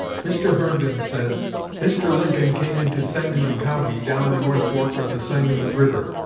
mr. herndon says mr. lincoln came into sangamon county down the north fork of the sangamon river,